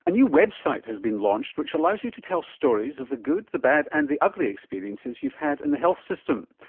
a new web site has been launched which allows you to tell stories of the good, the bad and the ugly experiences you've had in the health system.